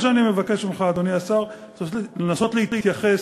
אם יש משהו אחד שאפשר ללמוד מהמהלך הזה של הגז,